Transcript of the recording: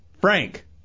Frank